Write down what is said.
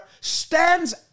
stands